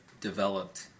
developed